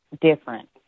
different